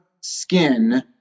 skin